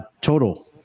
Total